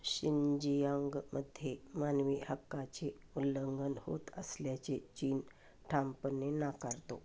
शिंजियांगमध्ये मानवी हक्काचे उल्लंघन होत असल्याचे चीन ठामपणे नाकारतो